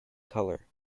color